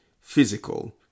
physical